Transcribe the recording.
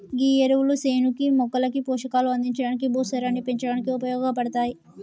గీ ఎరువులు సేనుకి మొక్కలకి పోషకాలు అందించడానికి, భూసారాన్ని పెంచడానికి ఉపయోగపడతాయి